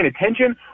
attention